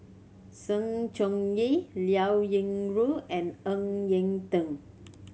Sng Choon Yee Liao Yingru and Ng Eng Teng